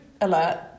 alert